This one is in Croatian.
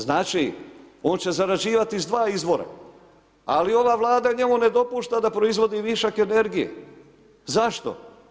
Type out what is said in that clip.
Znači on će zarađivati iz 2 izbora, ali ova vlada njemu ne dopušta da proizvodi višak energije, zašto?